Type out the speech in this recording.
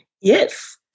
Yes